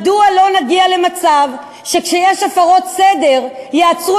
מדוע לא נגיע למצב שכשיש הפרות סדר יעצרו